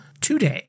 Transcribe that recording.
today